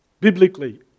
biblically